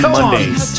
Mondays